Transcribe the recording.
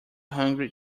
hungry